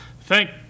Thank